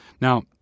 Now